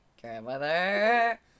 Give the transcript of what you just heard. Grandmother